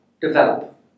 develop